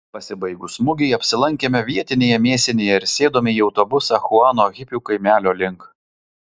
pasibaigus mugei apsilankėme vietinėje mėsinėje ir sėdome į autobusą chuano hipių kaimelio link